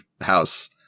house